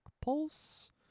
pulse